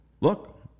look